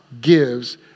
gives